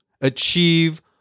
achieve